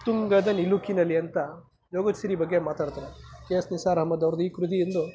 ಉತ್ತುಂಗದ ನಿಲುಕಿನಲ್ಲಿ ಅಂತ ಜೋಗದ ಸಿರಿ ಬಗ್ಗೆ ಮಾತಾಡ್ತಾರೆ ಕೆ ಎಸ್ ನಿಸಾರ್ ಅಹಮದ್ ಅವ್ರದ್ದು ಈ ಕೃತಿ ಇಂದು